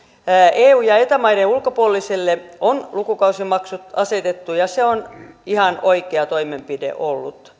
eu ja eta maiden ulkopuolisille on lukukausimaksut asetettu ja se on ihan oikea toimenpide ollut